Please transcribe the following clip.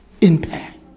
impact